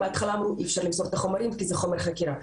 בהתחלה אמרו שאי אפשר למסור את החומרים כי זה חומר חקירה,